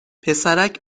پسرک